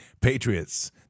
Patriots